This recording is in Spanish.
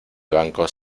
bancos